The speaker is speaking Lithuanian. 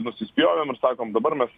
nusispjovėm ir sakom dabar mes